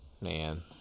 man